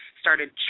started